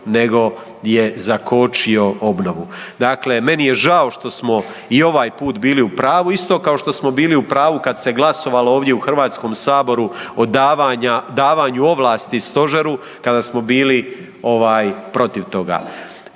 nego je zakočio obnovu. Dakle, meni je žao što smo i ovaj put bili u pravu, isto kao što smo bili u pravu kad se glasovalo ovdje u HS o davanju ovlasti stožeru, kada smo bili ovaj protiv toga.